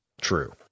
true